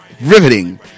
riveting